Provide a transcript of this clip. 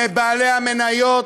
מבעלי המניות,